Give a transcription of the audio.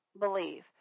believe